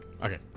Okay